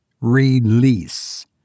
Release